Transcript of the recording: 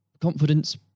confidence